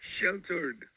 sheltered